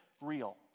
real